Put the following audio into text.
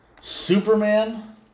Superman